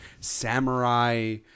samurai